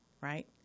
right